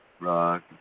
rock